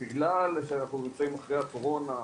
בגלל שאנחנו נמצאים אחרי הקורונה,